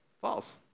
False